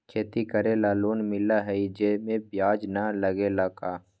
खेती करे ला लोन मिलहई जे में ब्याज न लगेला का?